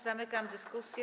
Zamykam dyskusję.